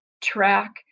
track